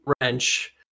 Wrench